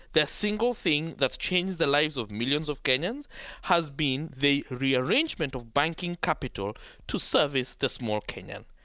the single thing that's changed the lives of millions of kenyans has been the rearrangement of banking capital to service the small kenyan.